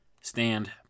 Stand